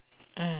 mm